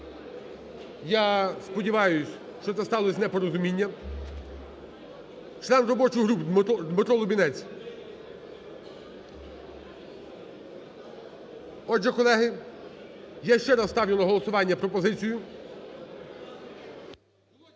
я сподіваюсь, що це сталось непорозуміння. Член робочої групи Дмитро Лубінець. Отже, колеги, я ще раз ставлю на голосування пропозицію…